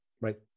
right